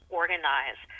organize